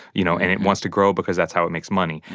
you know? and it wants to grow because that's how it makes money.